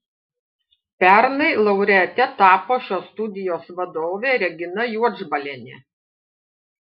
pernai laureate tapo šios studijos vadovė regina juodžbalienė